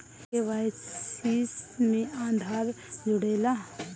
KYC में आधार जुड़े ला का?